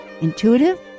Intuitive